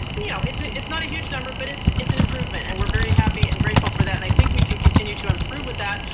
it's you know a, it's not a huge number, but it's it's an improvement and we're very and happy and grateful for that and i think we can continue to improve with that,